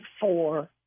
four